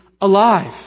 alive